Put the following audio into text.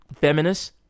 feminist